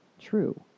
true